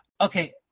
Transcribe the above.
Okay